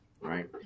right